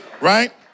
right